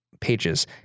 pages